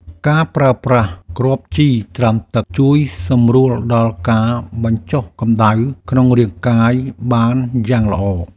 ការប្រើប្រាស់គ្រាប់ជីត្រាំទឹក ជួយសម្រួលដល់ការបញ្ចុះកម្តៅក្នុងរាងកាយបានយ៉ាងល្អ។